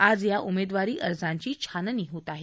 आज या उमेदवारी अर्जाची छाननी होत आहे